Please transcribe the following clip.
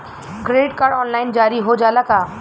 Credit card online जारी हो जाला का?